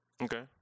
Okay